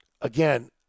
again